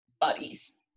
buddies